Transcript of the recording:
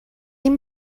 این